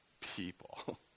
people